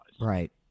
right